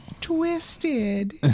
Twisted